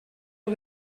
heu